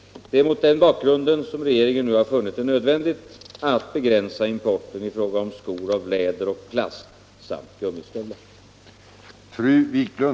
Det är mot denna bakgrund som regeringen nu har funnit det nödvändigt att begränsa importen i fråga om skor av läder och plast samt gummistövlar.